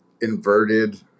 inverted